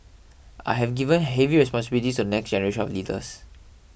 I have given heavy responsibilities to the next generation of leaders